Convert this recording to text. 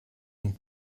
nous